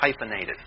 hyphenated